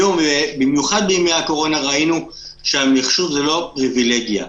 במיוחד בימי הקורונה ראינו שהמחשוב הוא לא פריבילגיה.